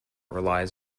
relies